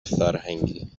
فرهنگی